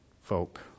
folk